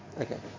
okay